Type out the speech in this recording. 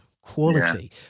quality